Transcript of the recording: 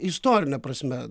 istorine prasme